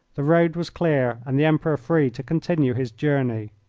the road was clear and the emperor free to continue his journey.